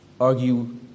argue